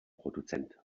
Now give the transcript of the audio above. produzent